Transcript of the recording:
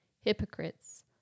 hypocrites